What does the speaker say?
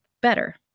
better